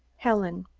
helen.